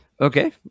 Okay